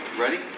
ready